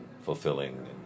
fulfilling